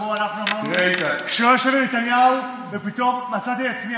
שבו אנחנו אמרנו שלא נשב עם נתניהו ופתאום מצאתי את עצמי,